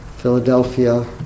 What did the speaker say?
Philadelphia